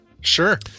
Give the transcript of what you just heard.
Sure